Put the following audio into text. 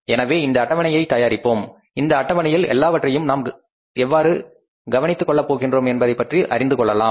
எனவே இந்த அட்டவணையைத் தயாரிப்போம் இந்த அட்டவணையில் எல்லாவற்றையும் நாம் எவ்வாறு கவனித்துக் கொள்ளப் போகிறோம் என்பதைப் பற்றி அறிந்து கொள்வோம்